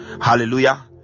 Hallelujah